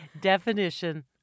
definition